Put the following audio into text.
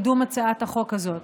להגיד שהצעת החוק הזאת